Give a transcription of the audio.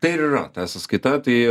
tai yra ta sąskaita tai